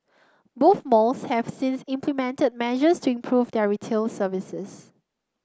both malls have since implemented measures to improve their retail service